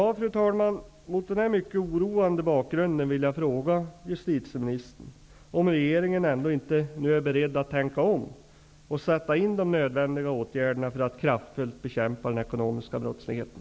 Fru talman! Mot denna mycket oroande bagrund vill jag fråga justitieministern om regeringen ändå inte är beredd att nu tänka om och sätta in de nödvändiga åtgärderna för att kraftfullt bekämpa den ekonomiska brottsligheten.